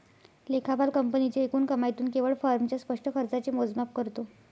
लेखापाल कंपनीच्या एकूण कमाईतून केवळ फर्मच्या स्पष्ट खर्चाचे मोजमाप करतो